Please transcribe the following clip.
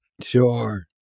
Sure